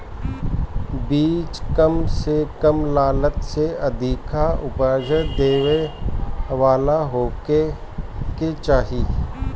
बीज कम से कम लागत में अधिका उपज देवे वाला होखे के चाही